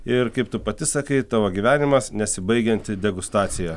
ir kaip tu pati sakai tavo gyvenimas nesibaigianti degustacija